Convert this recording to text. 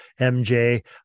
mj